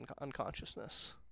unconsciousness